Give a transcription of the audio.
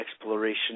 exploration